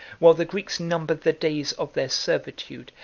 while the greeks numbered the days of their servitude,